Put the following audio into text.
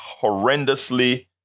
horrendously